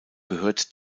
gehört